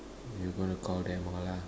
you going to call them all ah